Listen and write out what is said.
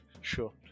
sure